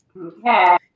Okay